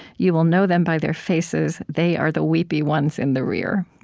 you will know them by their faces they are the weepy ones in the rear.